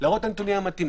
להראות את הנתונים המתאימים.